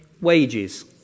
wages